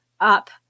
up